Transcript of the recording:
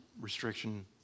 restriction